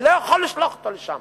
אני לא יכול לשלוח אותו לשם.